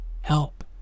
Help